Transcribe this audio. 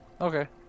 Okay